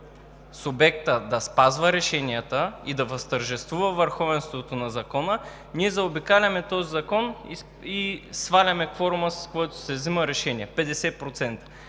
субекта да спазва решенията и да възтържествува върховенството на закона, ние заобикаляме този закон и сваляме кворума, с който се взима решение – 50%.